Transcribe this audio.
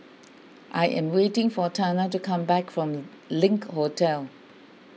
I am waiting for Tana to come back from Link Hotel